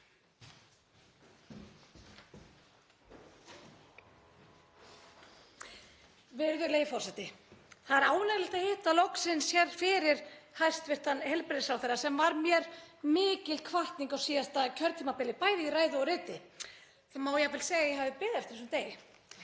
Virðulegi forseti. Það er ánægjulegt að hitta að loksins hér fyrir hæstv. heilbrigðisráðherra sem var mér mikil hvatning á síðasta kjörtímabili, bæði í ræðu og riti. Það má jafnvel segja að ég hafi beðið eftir þessum degi.